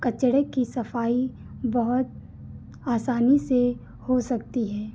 कचड़े की सफाई बहुत आसानी से हो सकती है